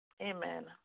Amen